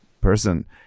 person